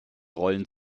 rollen